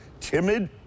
timid